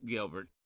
Gilbert